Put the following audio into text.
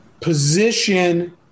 position